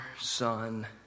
son